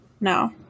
no